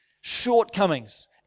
shortcomings